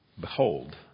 behold